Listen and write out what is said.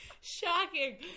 Shocking